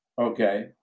okay